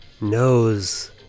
knows